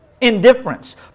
Indifference